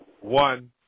one